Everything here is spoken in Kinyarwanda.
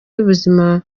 y’ubuzima